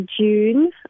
June